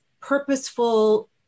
purposeful